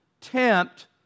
tempt